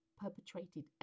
perpetrated